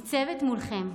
ניצבת מולכם,